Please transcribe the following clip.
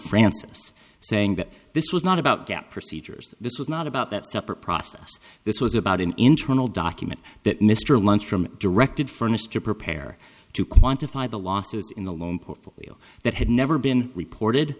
francis saying that this was not about gap procedures this was not about that separate process this was about an internal document that mr lunch from directed furnished to prepare to quantify the losses in the loan portfolio that had never been reported